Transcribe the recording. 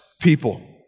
people